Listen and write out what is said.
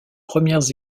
premières